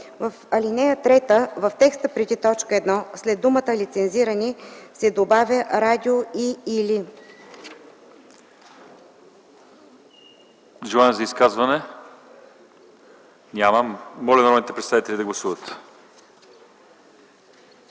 В ал. 3, в текста преди т. 1, след думата „лицензирани” се добавя „радио- и/или”.”